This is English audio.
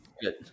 Good